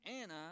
Anna